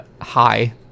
high